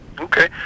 Okay